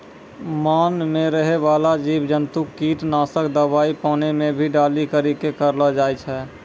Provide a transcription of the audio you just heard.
मान मे रहै बाला जिव जन्तु किट नाशक दवाई पानी मे भी डाली करी के करलो जाय छै